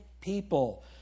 people